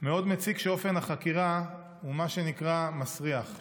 מאוד מציק שאופן החקירה הוא מה שנקרא מסריח,